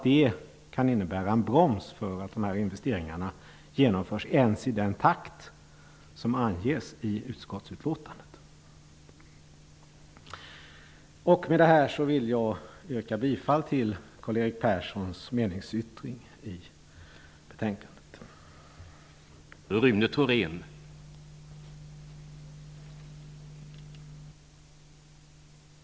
Det kan innebära en broms för att dessa investeringar genomförs ens i den takt som anges i utskottsutlåtandet. Med detta vill jag yrka bifall till Karl-Erik Perssons meningsyttring i betänkandet.